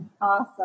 Awesome